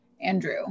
Andrew